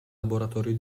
laboratorio